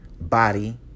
body